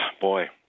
boy